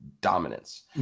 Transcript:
dominance